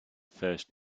first